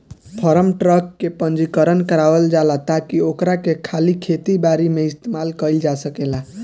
form truck के पंजीकरण करावल जाला ताकि ओकरा के खाली खेती बारी में इस्तेमाल कईल जा सकेला